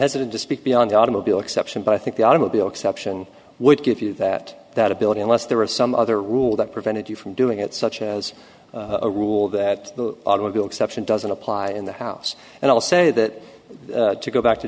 hesitant to speak beyond the automobile exception but i think the automobile exception would give you that that ability unless there was some other rule that prevented you from doing it such as a rule that the automobile exception doesn't apply in the house and i'll say that to go back to